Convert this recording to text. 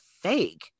fake